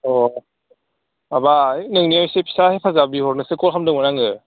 औ माबा नोंनि एसे फिसा हेफाजाब बिहरनोसो कल खालामदोंमोन आङो